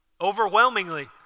Overwhelmingly